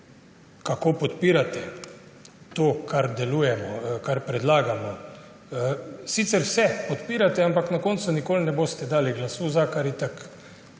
kako podpirate to, kar predlagamo – sicer vse podpirate, ampak na koncu nikoli ne boste dali glasu za, kar je itak